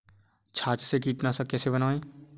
छाछ से कीटनाशक कैसे बनाएँ?